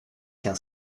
gaan